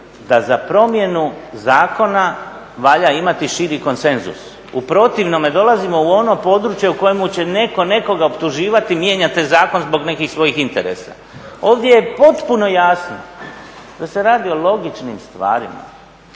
da za promjenu zakona valja imati širi konsenzus u protivnome dolazimo u ono područje u kojemu će netko nekoga optuživati mijenjate zakon zbog nekih svojih interesa. Ovdje je potpuno jasno da se radi o logičnim stvarima